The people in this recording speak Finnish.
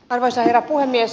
arvoisa herra puhemies